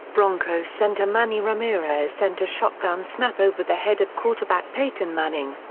broncos center manny ramirez sent a shotgun snap over the head of quarterback peyton manning.